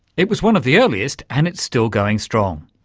it was one of the earliest and it's still going strong.